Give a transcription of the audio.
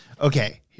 Okay